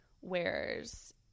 wears